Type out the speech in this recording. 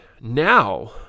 now